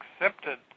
accepted